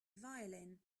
violin